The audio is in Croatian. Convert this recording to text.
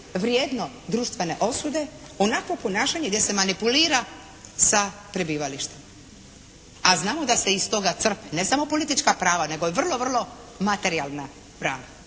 vrijedno društvene osude onakvo ponašanje gdje se manipulira sa prebivalištem, a znamo da se iz toga crpe ne samo politička prava, nego vrlo, vrlo materijalna prava